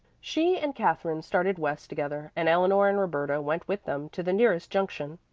she and katherine started west together and eleanor and roberta went with them to the nearest junction.